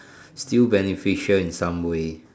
still beneficial in some way